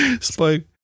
Spike